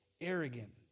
arrogant